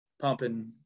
pumping